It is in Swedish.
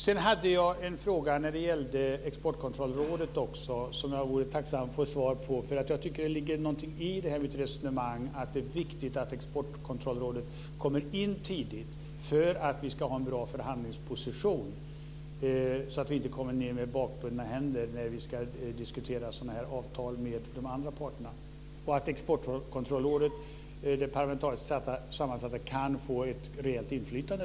Jag har också en fråga som gäller Exportkontrollrådet som jag vore tacksam att få svar på. Det ligger någonting i mitt resonemang att det är viktigt att Exportkontrollrådet kommer in tidigt för att vi ska ha en bra förhandlingsposition och inte kommer ned med bakbundna händer när vi ska diskutera avtal med de andra parterna. Det parlamentariskt sammansatta Exportkontrollrådet kan då få ett reellt inflytande.